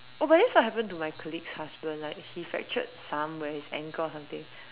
oh but that's what happened to my colleague's husband like he fractured somewhere his ankle or something